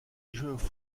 jouait